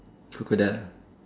crocodile